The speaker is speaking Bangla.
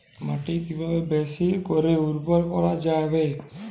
মাটি কিভাবে বেশী করে উর্বর করা যাবে?